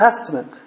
Testament